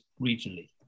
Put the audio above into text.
regionally